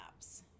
apps